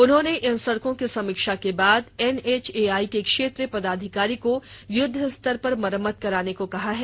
उन्होंने इन सड़कों की समीक्षा के बाद एनएचएआई के क्षेत्रीय पदाधिकारी को युद्धस्तर मरम्मत कराने को कहा है